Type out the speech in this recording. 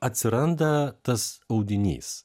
atsiranda tas audinys